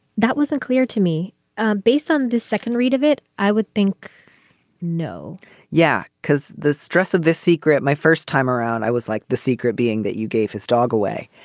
that wasn't clear to me based on the second read of it. i would think no yeah. because the stress of this secret my first time around, i was like the secret being that you gave his dog away.